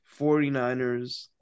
49ers